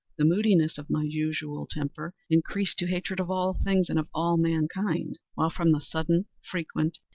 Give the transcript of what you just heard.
the moodiness of my usual temper increased to hatred of all things and of all mankind while, from the sudden, frequent,